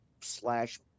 slash